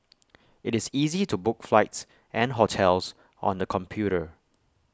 IT is easy to book flights and hotels on the computer